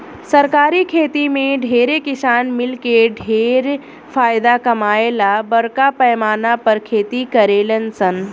सरकारी खेती में ढेरे किसान मिलके ढेर फायदा कमाए ला बरका पैमाना पर खेती करेलन सन